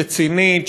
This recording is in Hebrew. רצינית,